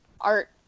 art